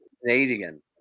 Canadian